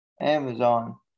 Amazon